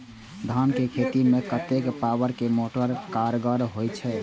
धान के खेती में कतेक पावर के मोटर कारगर होई छै?